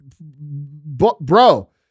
Bro